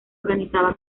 organizaba